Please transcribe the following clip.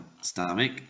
stomach